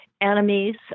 enemies